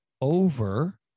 over